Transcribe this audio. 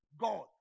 God